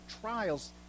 trials